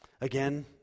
Again